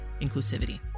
inclusivity